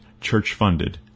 church-funded